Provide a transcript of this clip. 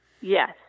Yes